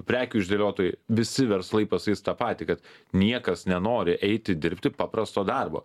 prekių išdėliotojai visi verslai pasakys tą patį kad niekas nenori eiti dirbti paprasto darbo